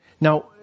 Now